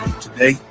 Today